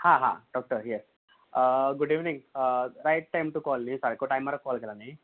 हा हा doctor yes good evening right time to call न्ही सारको टायमार कॉल केला न्ही